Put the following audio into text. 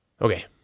Okay